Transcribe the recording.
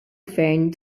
gvern